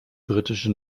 britische